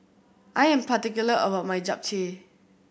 I am particular about my Japchae